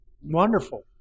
wonderful